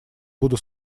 буду